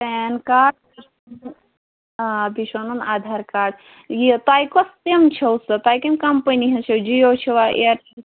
PAN card آ بیٚیہِ چھُ اَنُن آدھار کارڈ یہِ تۄہہِ کۄس سِم چھَو سُہ تۄہہِ کَمہِ کَمپٔنی ہٕنٛز چھَو جِیو چھَوا اِیَرٹیل